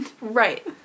Right